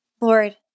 Lord